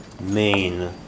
main